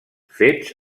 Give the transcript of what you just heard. fets